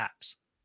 apps